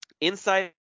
Inside